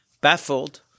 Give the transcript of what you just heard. Baffled